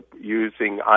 using